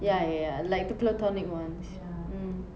ya ya ya like the platonic ones mm